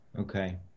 Okay